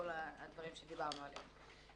בכל הדברים שדיברנו עליהם.